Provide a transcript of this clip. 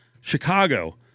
Chicago